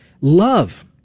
love